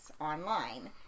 online